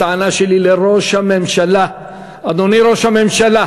הטענה שלי היא לראש הממשלה: אדוני ראש הממשלה,